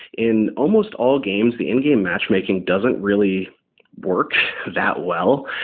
in almost all games, the in-game matchmaking doesn't really work that well,